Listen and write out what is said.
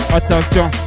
Attention